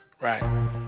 Right